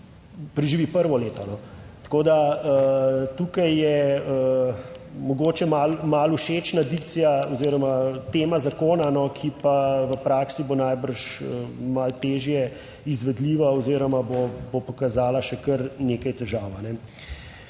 Preživi prvo leto. Tako da tukaj je mogoče malo, malo všečna dikcija oziroma tema zakona, ki pa v praksi bo najbrž malo težje izvedljiva oziroma bo pokazala še kar nekaj težav.